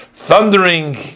Thundering